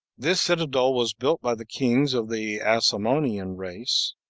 this citadel was built by the kings of the asamonean race,